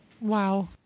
Wow